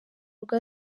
rugo